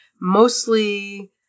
mostly